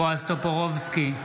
בועז טופורובסקי,